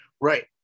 Right